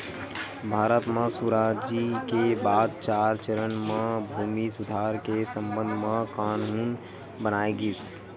भारत म सुराजी के बाद चार चरन म भूमि सुधार के संबंध म कान्हून बनाए गिस